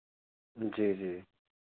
जी जी